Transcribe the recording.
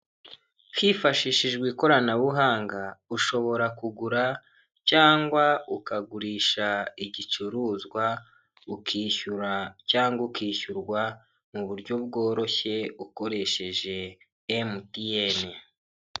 Tengamara na tiveya twongeye kubatengamaza, ishimwe kuri tiveya ryongeye gutangwa ni nyuma y'ubugenzuzi isuzuma n'ibikorwa byo kugaruza umusoro byakozwe dukomeje gusaba ibiyamu niba utariyandikisha kanda kannyeri maganainani urwego ukurikiza amabwiriza nibayandikishije zirikana fatire ya ibiyemu no kwandikisha nimero yawe ya telefone itanga n amakuru.